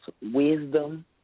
wisdom